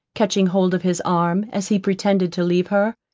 catching hold of his arm, as he pretended to leave her,